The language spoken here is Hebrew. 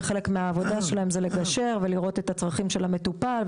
וחלק מהעבודה שלהם זה לגשר ולראות את הצרכים של המטופל,